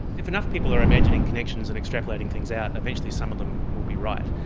if enough people are imagining connections and extrapolating things out, eventually some of them will be right.